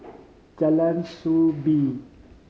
Jalan Soo Bee